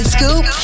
Scoop